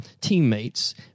teammates